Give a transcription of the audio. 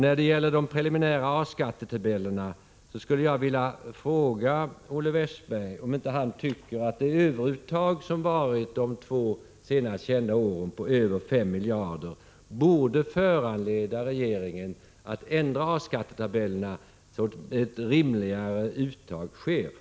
När det gäller preliminärskattetabellerna för A-skatt vill jag fråga Olle Westberg: Borde inte det överuttag på mer än 5 miljarder kronor som har skett under de två senast kända åren föranleda regeringen att ändra dessa tabeller så att ett rimligare uttag görs?